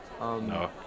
No